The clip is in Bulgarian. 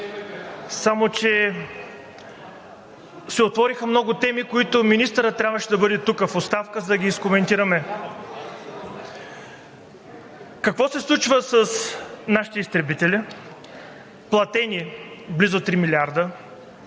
само че се отвориха много теми, за които министърът в оставка трябваше да бъде тук, за да ги изкоментираме. Какво се случва с нашите изтребители – платени близо 3 милиарда?